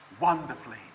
wonderfully